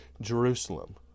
Jerusalem